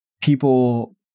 people